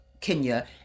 Kenya